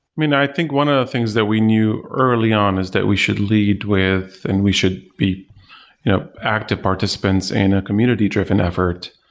mean, i think one of the things that we knew early on is that we should lead with and we should be you know active participants in a community-driven effort,